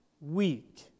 weak